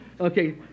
Okay